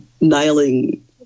nailing